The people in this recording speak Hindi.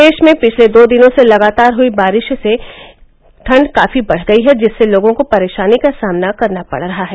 प्रदेश में पिछले दो दिनों से लगातार हुई बारिश के बाद ठंड काफी बढ़ गई है जिससे लोगों को परेशानी का सामना करना पड़ रहा है